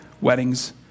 weddings